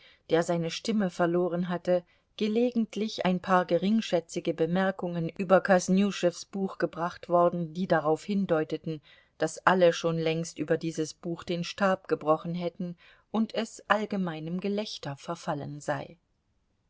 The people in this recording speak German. der seine stimme verloren hatte gelegentlich ein paar geringschätzige bemerkungen über kosnüschews buch gebracht worden die darauf hindeuteten daß alle schon längst über dieses buch den stab gebrochen hätten und es allgemeinem gelächter verfallen sei